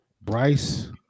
Bryce